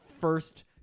first